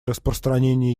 распространения